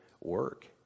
work